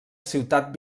ciutat